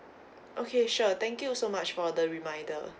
okay sure thank you so much for the reminder